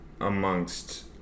amongst